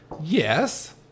Yes